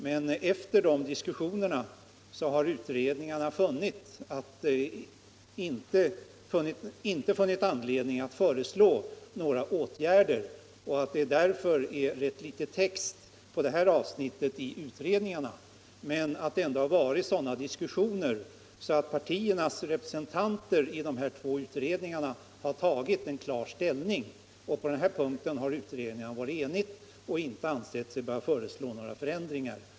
Men efter sina diskussioner har utredningarna inte funnit anledning att föreslå några åtgärder. Därför finns det ganska litet text i det här avsnittet i utredningarnas förslag. Diskussionerna har ändå varit sådana att partiernas representanter i de två utredningarna har tagit klar ställning till problemet. Och på den här punkten har utredningarna varit enhälliga och inte ansett sig böra föreslå några förändringar.